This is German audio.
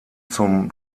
zum